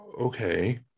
okay